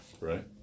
Right